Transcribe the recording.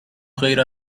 غیر